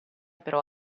però